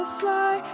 fly